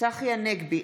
צחי הנגבי,